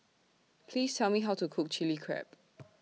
Please Tell Me How to Cook Chili Crab